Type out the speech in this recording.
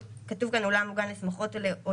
כתוב כאן "אולם או גן לשמחות ולאירועים